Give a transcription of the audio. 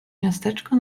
miasteczko